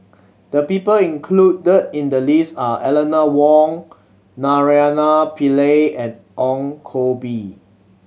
the people included in the list are Eleanor Wong Naraina Pillai and Ong Koh Bee